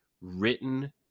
written